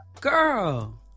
Girl